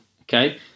okay